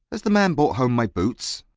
has the man brought home my boots?